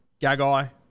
Gagai